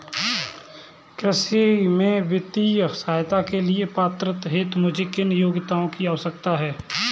कृषि में वित्तीय सहायता के लिए पात्रता हेतु मुझे किन योग्यताओं की आवश्यकता है?